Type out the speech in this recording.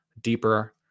deeper